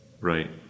Right